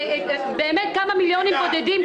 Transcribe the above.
באמת כמה מיליונים בודדים -- פנינה,